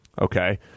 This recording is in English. Okay